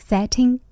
Setting